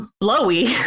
blowy